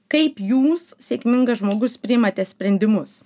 kaip jūs sėkmingas žmogus priimate sprendimus